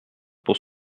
pour